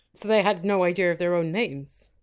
so they had no idea of their own names?